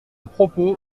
propos